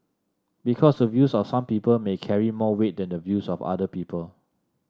because the views of some people may carry more weight than the views of other people